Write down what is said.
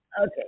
okay